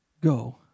go